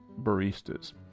baristas